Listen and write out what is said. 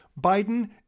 Biden